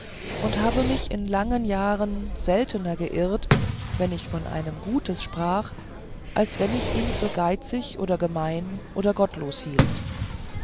und habe mich in langen jahren seltener geirrt wenn ich von einem gutes sprach als wenn ich ihn für geizig oder gemein oder gottlos hielt